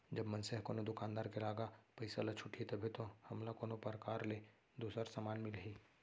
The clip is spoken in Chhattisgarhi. जब मनसे ह कोनो दुकानदार के लागा पइसा ल छुटही तभे तो हमला कोनो परकार ले दूसर समान मिलही